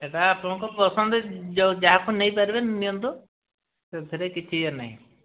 ଏଟା ଆପଣଙ୍କ ପସନ୍ଦ ଯେଉଁ ଯାହାକୁ ନେଇପାରିବେ ନିଅନ୍ତୁ ସେଥିରେ କିଛି ଇଏ ନାଇଁ